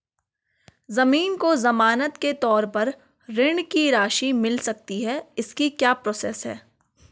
ज़मीन को ज़मानत के तौर पर ऋण की राशि मिल सकती है इसकी क्या प्रोसेस है?